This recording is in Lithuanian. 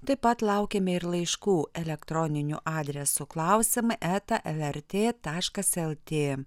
taip pat laukiame ir laiškų elektroniniu adresu klausimai eta lrt taškas lt